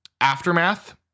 aftermath